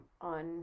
on